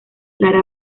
lara